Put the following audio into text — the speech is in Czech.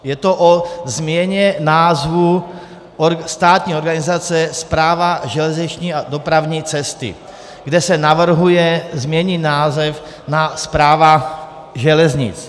Je to o změně názvu státní organizace Správa železniční dopravní cesty, kde se navrhuje změnit název na Správa železnic.